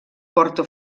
porto